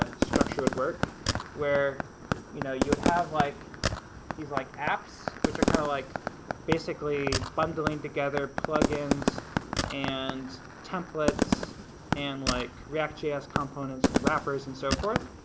ah structure would work where you know you would have like these like apps which are kind of like basically bundling together plugins and templates and like react js components and wrappers and so forth